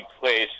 place